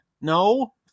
no